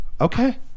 Okay